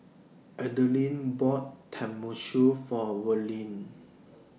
Adilene bought Tenmusu For Verlyn